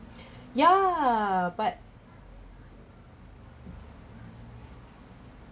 ya but